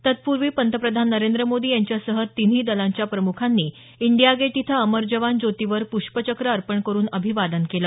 तत्पूर्वी पंतप्रधान नरेंद्र मोदी यांच्यासह तिन्ही दलांच्या प्रमुखांनी इंडिया गेट इथं अमर जवान ज्योतीवर पुष्पचक्र अर्पण करुन अभिवादन केलं